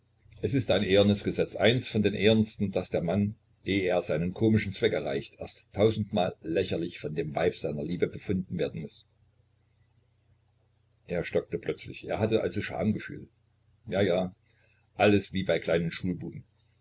es ist ein ehernes gesetz eins von den ehernsten daß der mann ehe er seinen komischen zweck erreicht erst tausendmal lächerlich von dem weibe seiner liebe befunden werden muß er stockte plötzlich er hatte also schamgefühl ja ja alles wie bei kleinen schulbuben